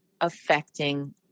affecting